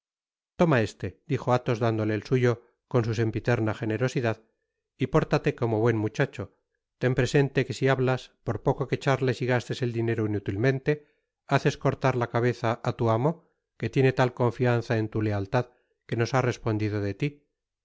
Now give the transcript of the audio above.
toma este dijo athos dándole el suyo con su sempiterna jenerosidad y pórtate como buen muchacho ten presente que si hablas por poco que charles y gastes el tiempo inúlilmente haces cortar la cabeza á tu amo que tiene tal confianza en tu lealtad que nos ha respondido de tí